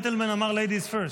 הג'נטלמן אמר ladies first.